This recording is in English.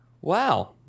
Wow